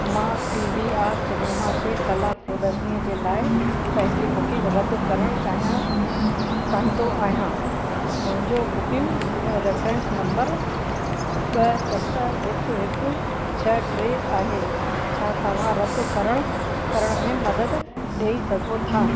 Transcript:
मां PVR cinema ते कला प्रदर्शनी जे लाइ पंहिंजी बुकिंग रदि करणु चाहियां चाहींदो आहियां मुंहिंजो बुकिंग रेफेरेंस नंबर ॿ सत हिकु हिकु छह टे आहे छा तव्हां रदि करण करण में मदद ॾई सघो था